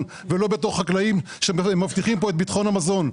ולא כחקלאים שמבטיחים פה את ביטחון המזון.